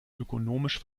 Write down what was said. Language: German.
ökonomisch